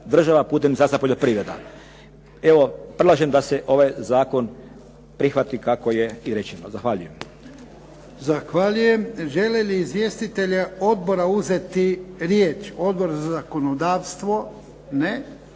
država putem … /Govornik se ne razumije./ … Evo predlažem da se ovaj zakon prihvati kako je i rečeno. Zahvaljujem. **Jarnjak, Ivan (HDZ)** Zahvaljujem. Želi li izvjestitelji odbora uzeti riječ? Odbor za zakonodavstvo? Ne.